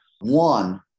One